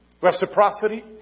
Reciprocity